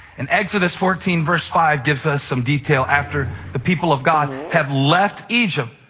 and exodus fourteen five gives us some detail. after the people of god have left egypt,